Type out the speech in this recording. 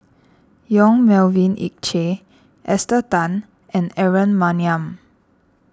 Yong Melvin Yik Chye Esther Tan and Aaron Maniam